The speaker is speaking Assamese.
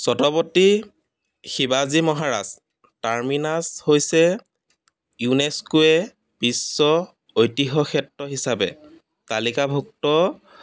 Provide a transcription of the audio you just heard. ছত্ৰপতি শিৱাজী মহাৰাজ টাৰ্মিনাছ হৈছে ইউনেছকোৱে বিশ্ব ঐতিহ্য ক্ষেত্ৰ হিচাপে তালিকাভুক্ত